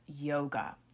yoga